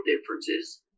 differences